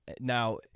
Now